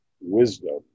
wisdom